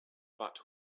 but